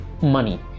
money